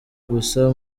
gusa